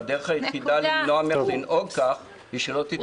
והדרך היחידה למנוע ממך לנהוג כך היא שלא תתמודדי יותר.